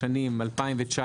בשנים 2019,